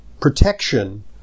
protection